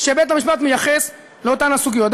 שבית-המשפט מייחס לאותן סוגיות.